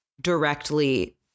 directly